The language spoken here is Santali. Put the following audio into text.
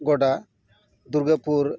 ᱜᱚᱰᱟ ᱫᱩᱨᱜᱟᱹᱯᱩᱨ